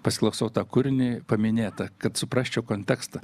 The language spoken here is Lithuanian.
pasiklausau tą kūrinį paminėtą kad suprasčiau kontekstą